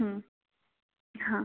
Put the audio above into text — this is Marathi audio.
हां